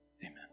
amen